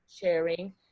sharing